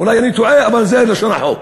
אולי אני טועה, אבל זה לשון החוק.